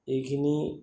এইখিনি